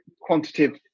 quantitative